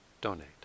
donate